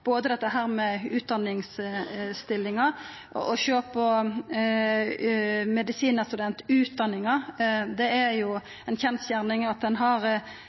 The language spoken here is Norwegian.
både dette med utdanningsstillingar og det å sjå på medisinutdanninga. Det er ei kjensgjerning at